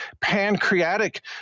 pancreatic